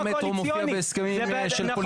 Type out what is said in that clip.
למה המטרו מופיע בהסכמים של פוליטיקאים?